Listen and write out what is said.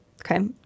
Okay